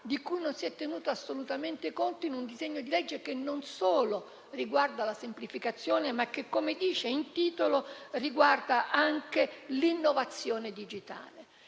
di cui non si è tenuto assolutamente conto in un disegno di legge che non riguarda solo la semplificazione, ma - come dice il titolo - anche l'innovazione digitale.